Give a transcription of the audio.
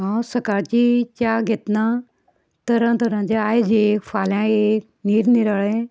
हांव सकाळची च्या घेतना तरातराचें आयज एक फाल्यां एक निरनिराळे